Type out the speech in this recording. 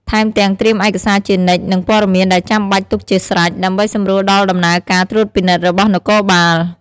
ថែមទាំងត្រៀមឯកសារជានិច្ច និងព័ត៌មានដែលចាំបាច់ទុកជាស្រេច ដើម្បីសម្រួលដល់ដំណើរការត្រួតពិនិត្យរបស់នគរបាល។